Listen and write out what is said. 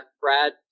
brad